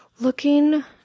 looking